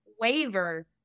waver